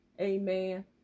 Amen